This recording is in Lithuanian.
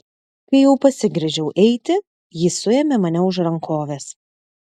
kai jau pasigręžiau eiti ji suėmė mane už rankovės